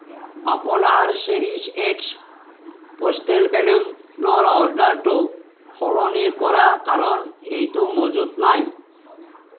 আপোনাৰ Cherish X pastel বেলুনৰ অৰ্ডাৰটো সলনি কৰা কাৰণ এইটো মজুত নাই